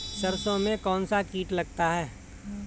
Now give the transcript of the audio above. सरसों में कौनसा कीट लगता है?